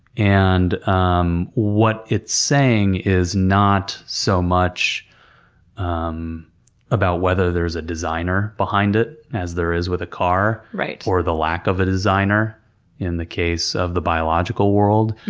and um what it's saying is not so much um about whether there's a designer behind it as there is with a car, or the lack of a designer in the case of the biological world.